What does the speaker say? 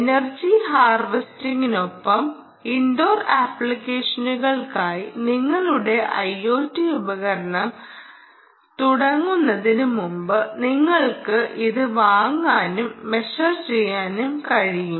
energy ഹാർവെസ്റ്റിംഗിനൊപ്പം indoor ആപ്ലിക്കേഷനുകൾക്കായി നിങ്ങളുടെ IOT ഉപകരണം തുടങ്ങുന്നതിന് മുമ്പ് നിങ്ങൾക്ക് ഇത് വാങ്ങാനും മെഷർ ചെയ്യാനും കഴിയും